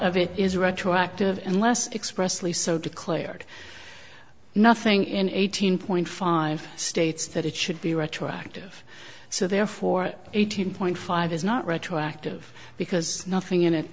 of it is retroactive and less expressly so declared nothing in eighteen point five states that it should be retroactive so therefore eighteen point five is not retroactive because nothing in it